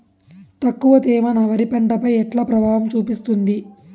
తక్కువ తేమ నా వరి పంట పై ఎట్లా ప్రభావం చూపిస్తుంది?